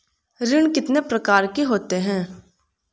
ऋण कितने प्रकार के होते हैं?